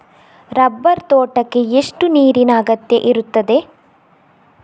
Rubber ತೋಟಕ್ಕೆ ಎಷ್ಟು ನೀರಿನ ಅಗತ್ಯ ಇರುತ್ತದೆ?